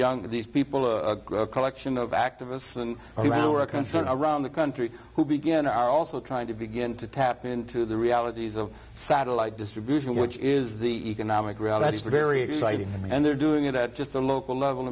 young these people a collection of activists and a concern around the country who began are also trying to begin to tap into the realities of satellite distribution which is the economic route is very exciting and they're doing it at just a local level